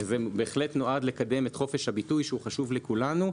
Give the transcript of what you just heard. וזה בהחלט נועד לקדם את חופש הביטוי שהוא חשוב לכולנו,